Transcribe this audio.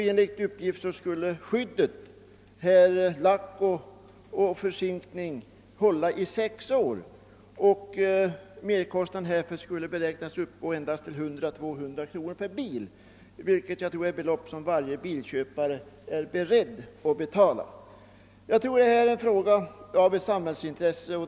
Enligt uppgift skulle skyddet — lack och förzinkning — hålla i sex år, och merkostnaden beräknades uppgå till endast 100 eller 200 kronor per bil — ett belopp som jag tror att varje bilköpare är beredd att betala. Jag anser att detta är en fråga av intresse för samhället.